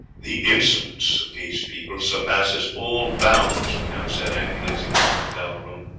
the insolence of these people surpasses all bounds, the count said angrily as he walked up and down the room.